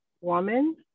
woman